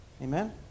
Amen